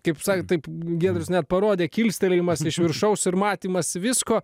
kaip sakė taip giedrius net parodė kilstelėjimas iš viršaus ir matymas visko